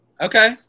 Okay